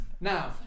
Now